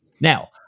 Now